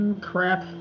crap